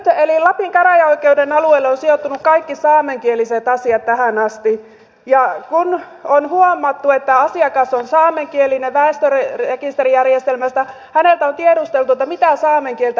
lapin käräjäoikeuden alueelle ovat sijoittuneet kaikki saamenkieliset asiat tähän asti ja kun on huomattu väestörekisterijärjestelmästä että asiakas on saamenkielinen häneltä on tiedusteltu mitä saamen kieltä hän käyttää